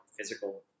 physical